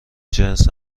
جنس